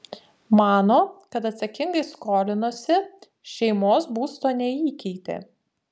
mano kad atsakingai skolinosi šeimos būsto neįkeitė